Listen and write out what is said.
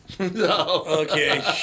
okay